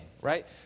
right